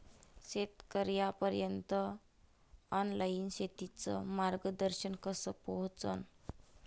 शेतकर्याइपर्यंत ऑनलाईन शेतीचं मार्गदर्शन कस पोहोचन?